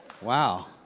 Wow